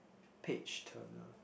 page turner